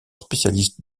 spécialistes